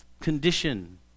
condition